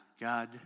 God